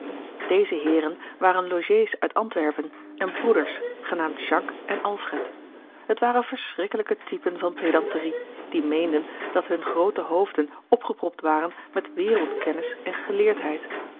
deze heeren waren logés uit antwerpen en broeders genaamd jacques en alfred het waren verschrikkelijke typen van pedanterie die meenden dat hunne groote hoofden opgepropt waren met wereldkennis en geleerdheid